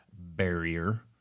barrier